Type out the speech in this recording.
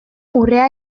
urrea